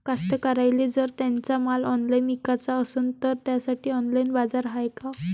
कास्तकाराइले जर त्यांचा माल ऑनलाइन इकाचा असन तर त्यासाठी ऑनलाइन बाजार हाय का?